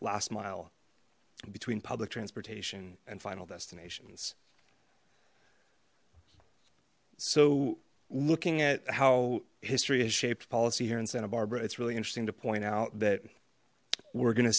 last mile between public transportation and final destinations so looking at how history has shaped policy here in santa barbara it's really interesting to point out that we're go